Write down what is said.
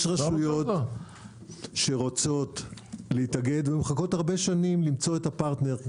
יש רשויות שרוצות להתאגד ומחכות הרבה שנים למצוא את הפרטנר,